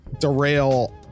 derail